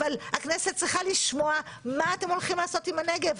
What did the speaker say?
אבל הכנסת צריכה לשמוע מה אתם הולכים לעשות עם הנגב.